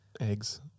eggs